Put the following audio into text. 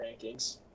rankings